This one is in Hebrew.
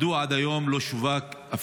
רצוני לשאול: מדוע עד היום לא שווק אפילו